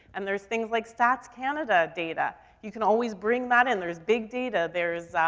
and there's things like stats canada data. you can always bring that in. there's big data, there's,